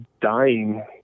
dying